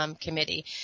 Committee